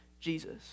Jesus